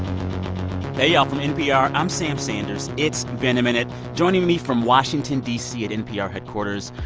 hey, y'all. from npr, i'm sam sanders it's been a minute. joining me from washington, d c, at npr headquarters,